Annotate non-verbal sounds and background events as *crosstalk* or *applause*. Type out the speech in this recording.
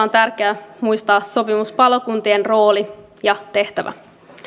*unintelligible* on tärkeää muistaa sopimuspalokuntien rooli ja tehtävä